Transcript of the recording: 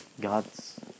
Gods